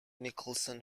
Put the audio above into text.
nicholson